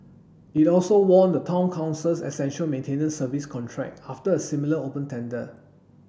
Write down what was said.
it also won the Town Council's essential maintenance service contract after a similar open tender